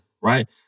right